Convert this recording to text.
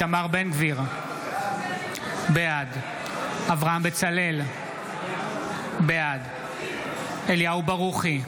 איתמר בן גביר, בעד אברהם בצלאל, בעד אליהו ברוכי,